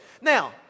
now